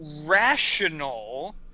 rational